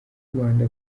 rwanda